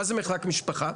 מה זה מחלק משפחה?